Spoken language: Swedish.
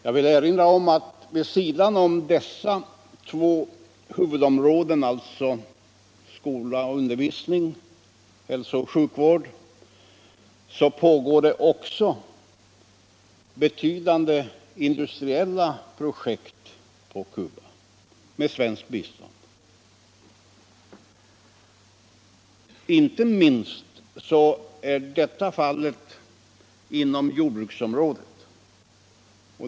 Jag vill erinra om att vid sidan om dessa två huvudområden, alltså skola och undervisning samt hälso och sjukvård, har med svenskt bistånd betydande industriella projekt ingångsatts på Cuba. Inte minst är detta fallet på jordbrukets område.